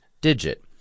digit